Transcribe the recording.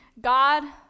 God